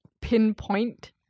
pinpoint